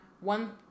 One